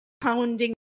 pounding